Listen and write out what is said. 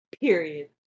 Period